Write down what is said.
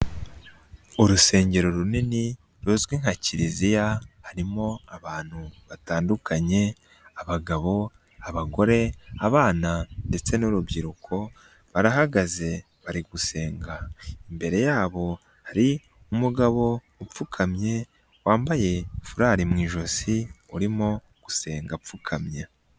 Urusengero runini ruzwi nka kiliziya, harimo abantu batandukanye abagabo, abagore, abana ndetse n'urubyiruko barahagaze bari gusenga, imbere yabo hari umugabo upfukamye wambaye furari mu ijosi urimo gusenga apfukamye.